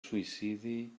suïcidi